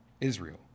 Israel